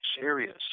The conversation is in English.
serious